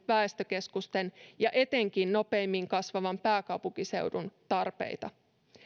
väestökeskusten ja etenkin nopeimmin kasvavan pääkaupunkiseudun tarpeita